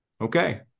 okay